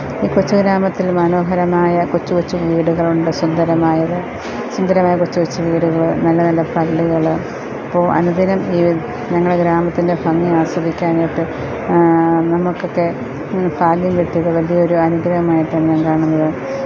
ഈ കൊച്ചു ഗ്രാമത്തിൽ മനോഹരമായ കൊച്ചു കൊച്ചു വീടുകൾ ഉണ്ട് സുന്ദരമായത് സുന്ദരമായ കൊച്ചു കൊച്ചു വീടുകളും നല്ല നല്ല പള്ളികൾ അപ്പോൾ അനുദിനം ഈ ഞങ്ങളെ ഗ്രാമത്തിൻ്റെ ഭംഗി ആസ്വദിക്കാൻ ആയിട്ട് നമുക്ക് ഒക്കെ ഭാഗ്യം കിട്ടിയത് ഒരു വലിയ അനുഗ്രഹമായിട്ട് ഞാൻ കാണുന്നത്